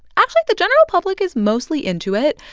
actually, the general public is mostly into it.